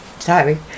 Sorry